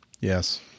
Yes